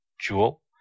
Jewel